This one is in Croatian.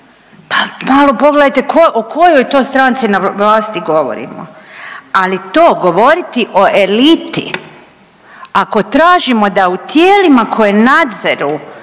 pa malo pogledajte o kojoj to stranci na vlasti govorimo. Ali to govoriti o eliti ako tražimo da u tijelima koja nadziru